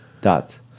dots